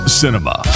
cinema